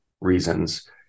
reasons